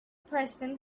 person